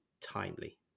timely